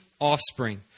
offspring